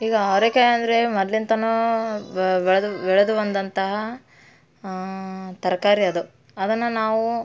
ಈಗ ಅವ್ರೆಕಾಯಿ ಅಂದರೆ ಮೊದ್ಲಿಂತನೂ ಬೆಳೆದು ಬೆಳೆದು ಬಂದಂತಹ ತರಕಾರಿ ಅದು ಅದನ್ನು ನಾವು